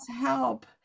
help